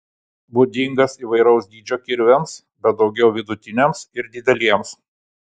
būdingas įvairaus dydžio kirviams bet daugiau vidutiniams ir dideliems